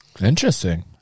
Interesting